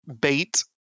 bait